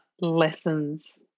lessons